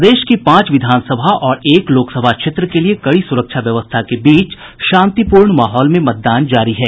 प्रदेश की पांच विधानसभा और एक लोकसभा क्षेत्र के लिए कड़ी सुरक्षा व्यवस्था के बीच शांतिपूर्ण माहौल में मतदान जारी है